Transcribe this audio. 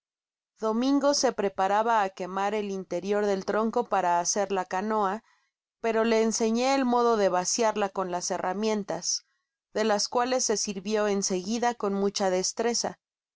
domingo se preparaba á quemar el interior del tronco para hacer la canoa pero le enseñó el modo de vaciarla con las herramientas de las cuales se sirvio en seguida con mucha destreza